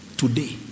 Today